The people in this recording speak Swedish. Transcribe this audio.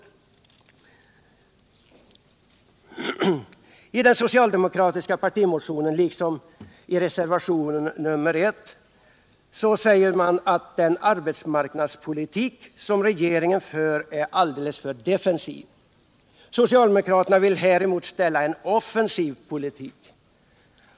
z I den socialdemokratiska partimotionen liksom i reservation nr 1 sägs att den arbetsmarknadspolitik som regeringen för är alldeles för defensiv. Socialdemokraterna vill häremot ställa en offensiv politik.